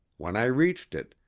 when i reached it,